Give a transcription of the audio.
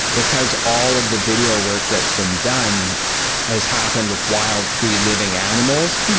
because all of the video work that's been done has happened with wild, free-living animals.